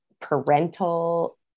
parental